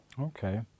Okay